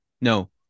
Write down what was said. No